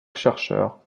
chercheurs